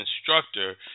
instructor